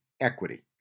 equity